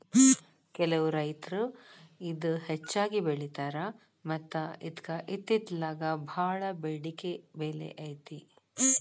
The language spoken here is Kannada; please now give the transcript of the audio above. ಕೆಲವು ರೈತರು ಇದ ಹೆಚ್ಚಾಗಿ ಬೆಳಿತಾರ ಮತ್ತ ಇದ್ಕ ಇತ್ತಿತ್ತಲಾಗ ಬಾಳ ಬೆಡಿಕೆ ಬೆಲೆ ಐತಿ